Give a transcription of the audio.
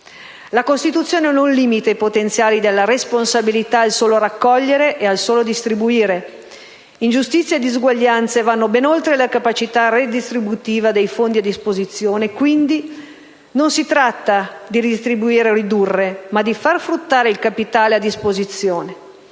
La Costituzione non limita i potenziali della responsabilità al solo raccogliere e al solo distribuire: ingiustizie e disuguaglianze vanno ben oltre la capacità redistributiva dei fondi a disposizione. Quindi, non si tratta di redistribuire o ridurre, ma di far fruttare il capitale a disposizione.